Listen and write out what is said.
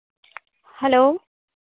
hello